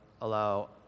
allow